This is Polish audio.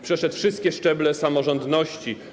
Przeszedł wszystkie szczeble samorządności.